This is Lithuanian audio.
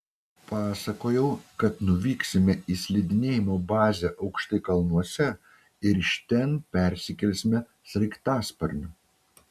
pasakojau kad nuvyksime į slidinėjimo bazę aukštai kalnuose ir iš ten persikelsime sraigtasparniu